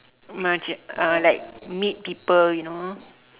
macam uh like meet people you know